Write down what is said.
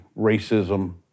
racism